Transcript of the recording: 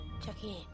Chucky